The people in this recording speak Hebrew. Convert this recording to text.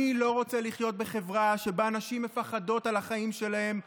אני לא רוצה לחיות בחברה שבה נשים מפחדות על החיים שלהן,